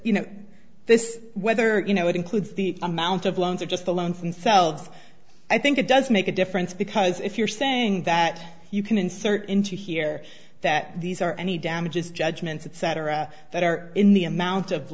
you know this whether you know it includes the amount of loans or just the loan from so i think it does make a difference because if you're saying that you can insert into here that these are any damages judgments etc that are in the amount of